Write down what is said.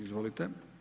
Izvolite.